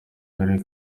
karere